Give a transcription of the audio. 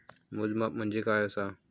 मोजमाप म्हणजे काय असा?